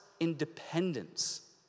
independence